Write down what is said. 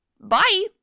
Bye